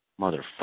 motherfucker